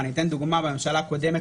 אני אתן דוגמה: בממשלה הקודמת